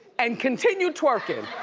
and continued twerking.